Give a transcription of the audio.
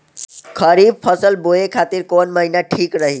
खरिफ फसल बोए खातिर कवन महीना ठीक रही?